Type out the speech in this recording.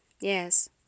Yes